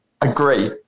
Agree